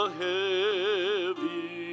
heavy